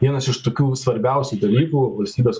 vienas iš tokių svarbiausių dalykų valstybės